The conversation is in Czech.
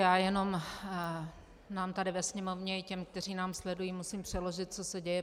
Já jenom nám tady ve Sněmovně i těm, kteří nás sledují, musím přeložit, co se děje.